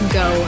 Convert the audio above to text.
go